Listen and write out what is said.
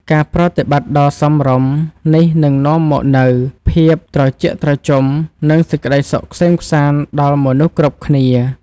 ការប្រតិបត្តិដ៏សមរម្យនេះនឹងនាំមកនូវភាពត្រជាក់ត្រជុំនិង សេចក្តីសុខក្សេមក្សាន្តដល់មនុស្សគ្រប់គ្នា។